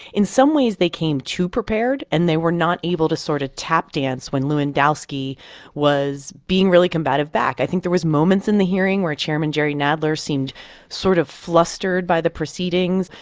in some ways, they came too prepared, and they were not able to sort of tap dance when lewandowski was being really combative back. i think there was moments in the hearing where chairman jerry nadler seemed sort of flustered by the proceedings.